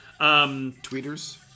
Tweeters